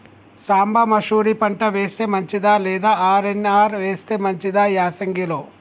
సాంబ మషూరి పంట వేస్తే మంచిదా లేదా ఆర్.ఎన్.ఆర్ వేస్తే మంచిదా యాసంగి లో?